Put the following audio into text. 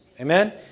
Amen